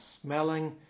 smelling